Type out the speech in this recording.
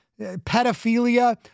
pedophilia